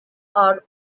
are